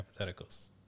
hypotheticals